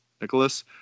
Nicholas